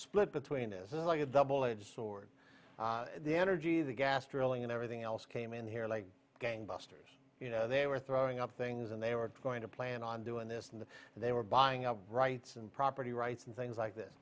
split between this is like a double edged sword the energy the gas drilling and everything else came in here late gangbusters they were throwing up things and they were going to plan on doing this and they were buying up rights and property rights and things like this